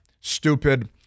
stupid